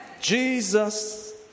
Jesus